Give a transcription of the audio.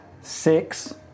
Six